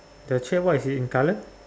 the chair what is it in colour